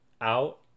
out